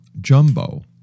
Jumbo